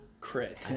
crit